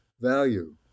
value